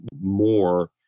more